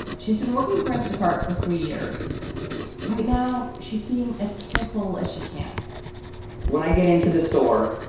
she's been working for instacart for three years right now, she's being as careful as she can when i get into the store,